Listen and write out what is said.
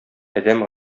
адәм